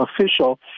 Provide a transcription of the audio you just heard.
official